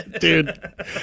Dude